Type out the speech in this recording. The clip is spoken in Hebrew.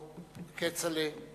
כצל'ה.